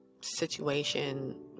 situation